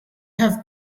have